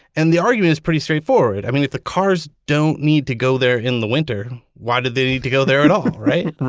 and the argument is pretty straightforward. i mean, if the cars don't need to go there in the winter, why do they need to go there at all? right?